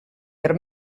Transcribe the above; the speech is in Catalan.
per